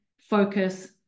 focus